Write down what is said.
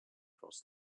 cross